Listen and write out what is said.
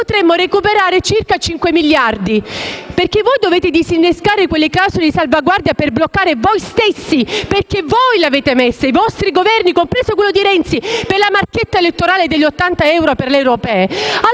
potremmo recuperare circa 5 miliardi, che dovete usare per disinnescare le clausole di salvaguardia per bloccare voi stessi perché voi le avete messe, i vostri Governi, compreso quello di Renzi, per la marchetta elettorale degli 80 euro per le europee.